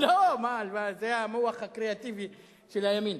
לא, זה המוח הקריאטיבי של הימין.